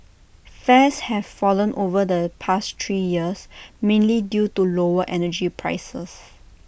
fares have fallen over the past three years mainly due to lower energy prices